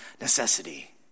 necessity